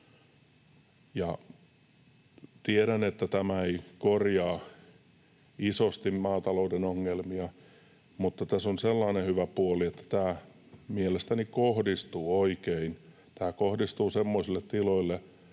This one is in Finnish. Tiedän, että tämä ei korjaa isosti maatalouden ongelmia, mutta tässä on sellainen hyvä puoli, että tämä mielestäni kohdistuu oikein. Tämä kohdistuu semmoisille tiloille,